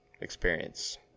experience